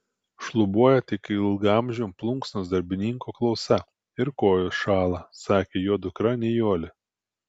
šlubuoja tik ilgaamžio plunksnos darbininko klausa ir kojos šąla sakė jo dukra nijolė